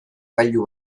gailu